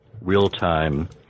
real-time